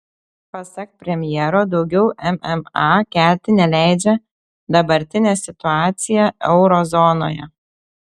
pasak premjero daugiau mma kelti neleidžia dabartinė situacija euro zonoje